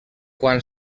quan